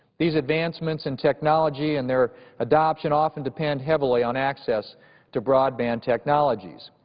these advancements in technology and their adoption often depend heavily on access to broadband technologies.